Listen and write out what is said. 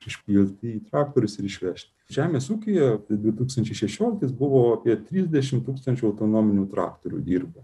išpilti į traktorius ir išvežti žemės ūkyje du tūkstančiai šešioliktais buvo apie trisdešimt tūkstančių autonominių traktorių dirba